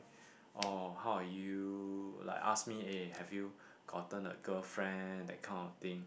oh how are you like ask me eh have you gotten a girlfriend that kind of thing